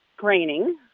training